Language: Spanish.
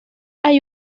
hay